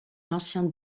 l’ancien